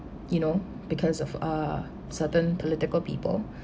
you know because of uh certain political people